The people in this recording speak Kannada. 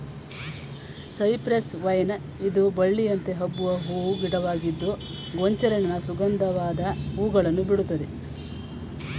ಸೈಪ್ರೆಸ್ ವೈನ್ ಇದು ಬಳ್ಳಿಯಂತೆ ಹಬ್ಬುವ ಹೂ ಗಿಡವಾಗಿದ್ದು ಗೊಂಚಲಿನ ಸುಗಂಧವಾದ ಹೂಗಳನ್ನು ಬಿಡುತ್ತದೆ